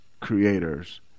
creator's